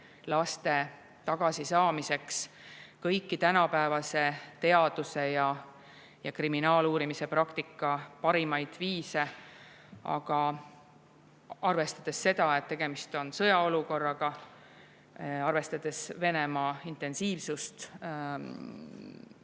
laste tagasisaamiseks, kõiki tänapäevase teaduse ja kriminaaluurimise praktika parimaid viise. Aga arvestades seda, et tegemist on sõjaolukorraga, ja arvestades seda, et